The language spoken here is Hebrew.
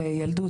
על ילדות,